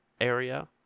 area